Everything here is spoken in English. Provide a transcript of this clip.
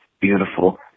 beautiful